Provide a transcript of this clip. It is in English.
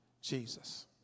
Jesus